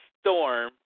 Storm